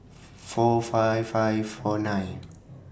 four five five four nine